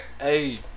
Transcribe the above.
Hey